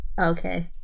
Okay